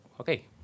okay